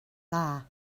dda